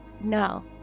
No